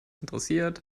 interessiert